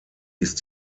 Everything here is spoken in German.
ist